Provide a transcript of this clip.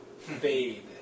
fade